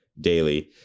daily